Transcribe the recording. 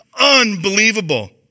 Unbelievable